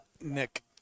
Nick